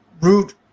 root